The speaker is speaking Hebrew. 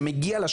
שמגיע לה,